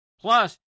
plus